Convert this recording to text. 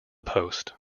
post